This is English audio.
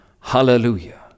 hallelujah